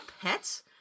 pets